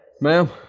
Ma'am